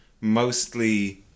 mostly